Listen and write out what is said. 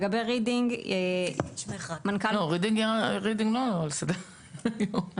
לגבי רידינג --- לא, רידינג לא על סדר היום.